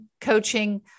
coaching